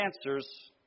answers